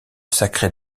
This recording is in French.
sacrée